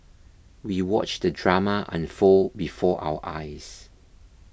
we watched the drama unfold before our eyes